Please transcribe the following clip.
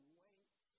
wait